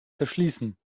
verschließen